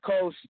Coast